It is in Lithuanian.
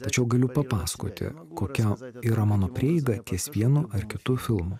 tačiau galiu papasakoti kokia yra mano prieiga ties vienu ar kitu filmu